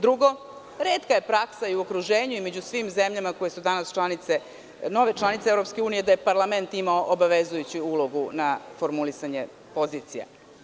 Drugo, retka je praksa i okruženju i među svim zemljama koje su danas nove članice EU da parlament ima obavezujuću ulogu na formulisanje pozicija.